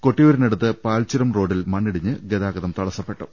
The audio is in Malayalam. കൊട്ടിയൂരിനടുത്ത് പാൽച്ചുരം റോഡിൽ മണ്ണിടിഞ്ഞ് ഗതാഗതം തടസ്സപ്പെട്ടു